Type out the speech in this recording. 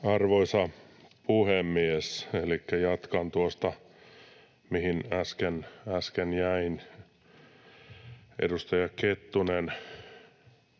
Arvoisa puhemies! Jatkan tuosta, mihin äsken jäin. Edustaja Kettunen,